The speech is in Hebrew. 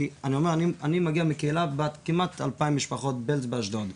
כי אני מגיע מקהילה של כמעט 2,000 משפחות בעלז באשדוד,